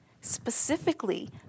specifically